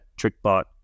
TrickBot